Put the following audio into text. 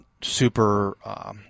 super –